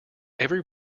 every